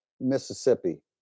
Mississippi